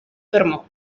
fermò